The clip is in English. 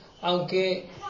aunque